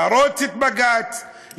אהרוס את בג"ץ,